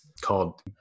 called